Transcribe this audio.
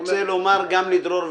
אני רוצה לומר גם לדרור,